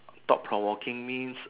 thought provoking means